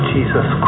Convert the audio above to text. Jesus